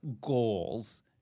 goals